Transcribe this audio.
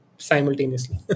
simultaneously